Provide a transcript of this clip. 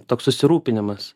toks susirūpinimas